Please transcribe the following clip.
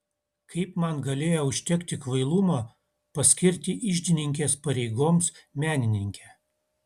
kaip man galėjo užtekti kvailumo paskirti iždininkės pareigoms menininkę